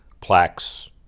plaques